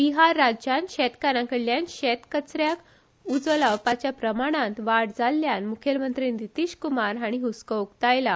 बिहार राज्यात शेतकारांकडल्यान शेतकचऱ्याक उजो लावपाच्या प्रमाणात वाड जाल्ल्यान मुखेलमंत्री नितीश कुमार हाणी ह्स्को उक्तायल्या